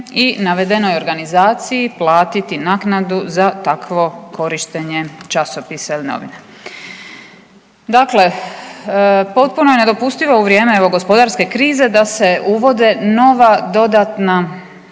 i navedenoj organizaciji platiti naknadu za takvo korištenje časopisa ili novina. Dakle, potpuno je nedopustivo u vrijeme evo gospodarske krize da se uvode nova dodatna